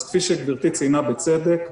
כפי שגברתי ציינה בצדק,